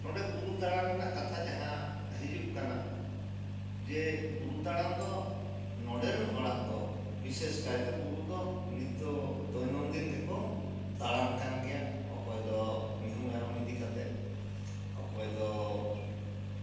ᱱᱚᱰᱮ ᱵᱩᱨᱩ ᱫᱟᱲᱟᱱ ᱨᱮᱱᱟᱜ ᱠᱟᱛᱷᱟ ᱡᱟᱦᱟᱸ ᱦᱤᱡᱩᱜ ᱠᱟᱱᱟ ᱡᱮ ᱵᱩᱨᱩ ᱫᱟᱬᱟᱱ ᱫᱚ ᱱᱚᱰᱮᱨᱮᱱ ᱦᱚᱲᱟᱜ ᱫᱚ ᱵᱤᱥᱮᱥ ᱠᱟᱭᱛᱮ ᱵᱩᱨᱩ ᱫᱚ ᱱᱤᱛᱚᱜ ᱫᱚᱭᱱᱚᱱᱫᱤᱱ ᱜᱮᱠᱚ ᱫᱟᱬᱟᱱ ᱠᱟᱱ ᱜᱮᱭᱟ ᱚᱠᱚᱭ ᱫᱚ ᱢᱤᱦᱩ ᱢᱮᱨᱚᱢ ᱤᱫᱤ ᱠᱟᱛᱮᱫ ᱚᱠᱚᱭ ᱫᱚ